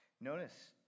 Notice